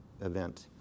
event